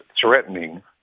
threatening